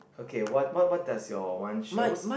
okay what what what does your one shows